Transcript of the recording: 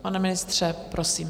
Pane ministře, prosím.